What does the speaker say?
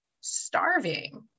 starving